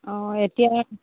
অঁ এতিয়া